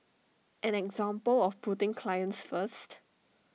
an example of putting clients first